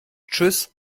tschüss